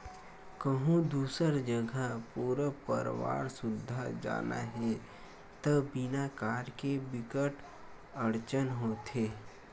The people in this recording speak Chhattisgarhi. कहूँ दूसर जघा पूरा परवार सुद्धा जाना हे त बिना कार के बिकट अड़चन होथे